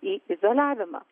į izoliavimą